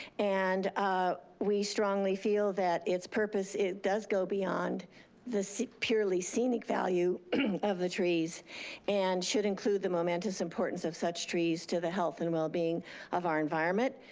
and ah we strongly feel that it's purpose does go beyond the purely scenic value of the trees and should include the momentous importance of such trees to the health and wellbeing of our environment.